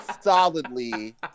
solidly